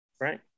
right